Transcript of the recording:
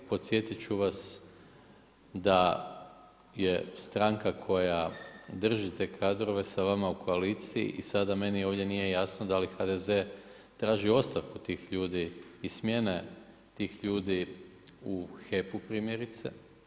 Podsjetiti ću vas, da je stranka koja drži te kadrove s vama u koaliciji i sada meni ovdje nije jasno, da li HDZ traži ostavku tih ljudi i smjene tih ljudi u HEP-u primjerice.